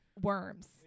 Worms